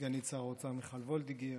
סגנית שר האוצר מיכל וולדיגר,